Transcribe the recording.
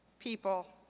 people,